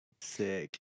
Sick